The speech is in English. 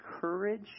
courage